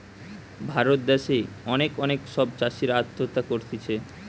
ভারত দ্যাশে অনেক অনেক সব চাষীরা আত্মহত্যা করতিছে